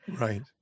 right